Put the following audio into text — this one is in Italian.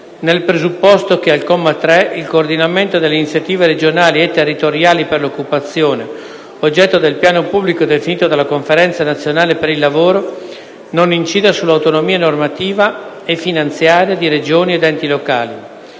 nel presupposto che al comma 3 il coordinamento delle iniziative regionali e territoriali per l’occupazione, oggetto del piano pubblico definito dalla Conferenza nazionale per il lavoro, non incida sull’autonomia normativa e finanziaria di Regioni ed enti locali.